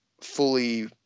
fully